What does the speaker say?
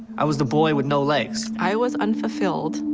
i was the boy with no legs. i was unfulfilled.